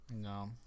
No